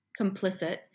complicit